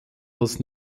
als